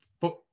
foot